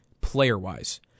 Player-wise